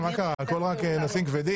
של חבר הכנסת צבי האוזר.